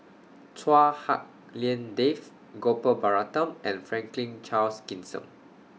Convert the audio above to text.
Chua Hak Lien Dave Gopal Baratham and Franklin Charles Gimson